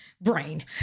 brain